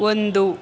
ಒಂದು